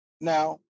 Now